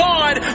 God